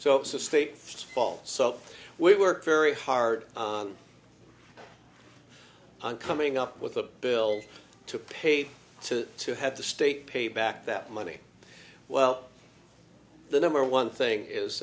spall so we worked very hard on coming up with a bill to pay to to have the state pay back that money well the number one thing is